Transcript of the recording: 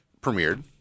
premiered